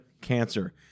cancer